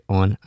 on